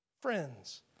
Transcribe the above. Friends